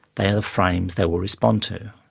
they are the frames they will respond to.